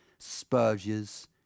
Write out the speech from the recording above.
spurges